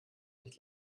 nicht